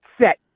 set